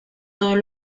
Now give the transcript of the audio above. todos